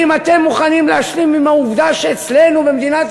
האם אתם מוכנים להשלים עם העובדה שאצלנו במדינת